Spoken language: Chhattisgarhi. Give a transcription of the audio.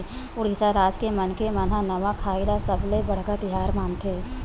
उड़ीसा राज के मनखे मन ह नवाखाई ल सबले बड़का तिहार मानथे